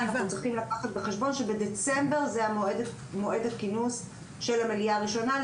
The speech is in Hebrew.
אנחנו צריכים לקחת בחשבון שמועד הכינוס של המליאה הראשונה הוא בדצמבר,